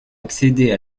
accéder